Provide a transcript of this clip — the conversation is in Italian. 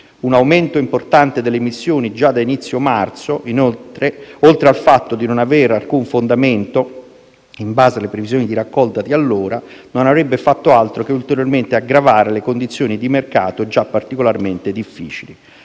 Un aumento importante delle emissioni già da inizio marzo, oltre al fatto di non avere alcun fondamento in base alle previsioni di raccolta di allora, non avrebbe fatto altro che aggravare ulteriormente condizioni di mercato già particolarmente difficili.